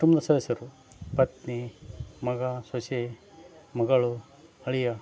ಕುಟುಂಬದ ಸದಸ್ಯರು ಪತ್ನಿ ಮಗ ಸೊಸೆ ಮಗಳು ಅಳಿಯ